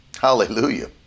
Hallelujah